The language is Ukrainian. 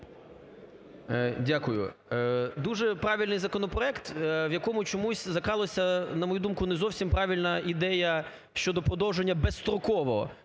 Дякую. Дуже правильний законопроект, в якому чомусь закралася, на мою думку, не зовсім правильна ідея щодо продовження безстрокового